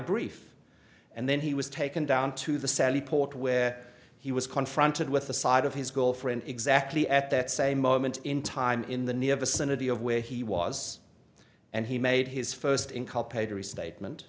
brief and then he was taken down to the sally port where he was confronted with the side of his girlfriend exactly at that same moment in time in the near vicinity of where he was and he made his first